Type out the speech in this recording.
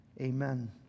amen